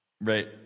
Right